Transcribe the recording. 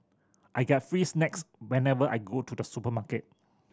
I get free snacks whenever I go to the supermarket